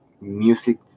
music